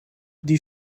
die